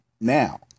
now